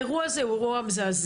האירוע הזה הוא אירוע מזעזע,